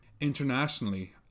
Internationally